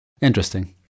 Interesting